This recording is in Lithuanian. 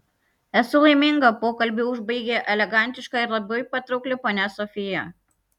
esu laiminga pokalbį užbaigė elegantiška ir labai patraukli ponia sofija